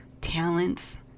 talents